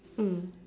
mm